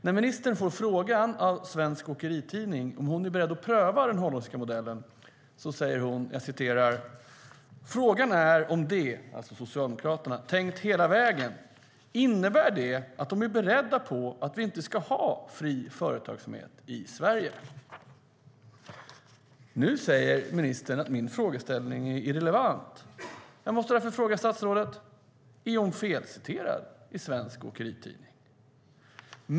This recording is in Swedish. När ministern får frågan av Svensk Åkeritidning om hon är beredd att pröva den holländska modellen säger hon att "frågan är om de" - alltså Socialdemokraterna - "tänkt hela vägen? Innebär det att de är beredda på att vi inte ska ha fri företagsamhet i Sverige?" Nu säger ministern att min frågeställning är irrelevant. Jag måste därför fråga statsrådet: Är hon felciterad i Svensk Åkeritidning?